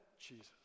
Jesus